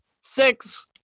Six